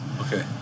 Okay